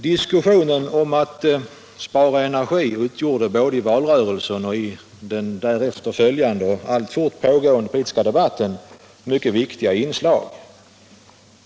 Diskussionen om att spara energi utgjorde både i valrörelsen och i den därefter följande och alltfort pågående politiska debatten mycket viktiga inslag.